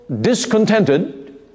discontented